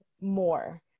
more